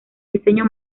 diseño